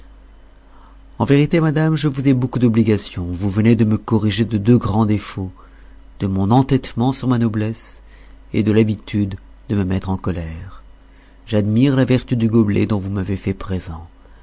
en vérité madame je vous ai beaucoup d'obligation vous venez de me corriger de deux grands défauts de mon entêtement sur ma noblesse et de l'habitude de me mettre en colère j'admire la vertu du gobelet dont vous m'avez fait présent